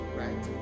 right